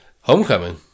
homecoming